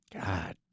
God